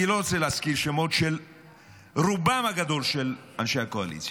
אני לא רוצה להזכיר שמות של רובם הגדול של אנשי הקואליציה,